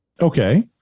Okay